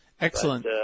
Excellent